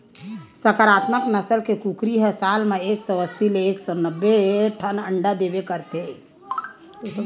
संकरामक नसल के कुकरी ह साल म एक सौ अस्सी ले एक सौ नब्बे ठन अंडा देबे करथे